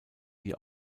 wie